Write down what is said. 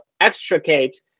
extricate